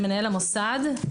למנהל המוסד,